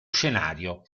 scenario